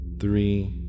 Three